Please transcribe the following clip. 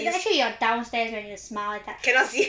like let's say you are downstairs when you smile but